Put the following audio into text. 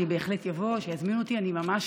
אני בהחלט אבוא כשיזמינו אותי, אני ארוץ,